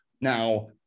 Now